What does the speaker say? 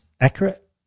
accurate